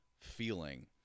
feeling